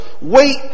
wait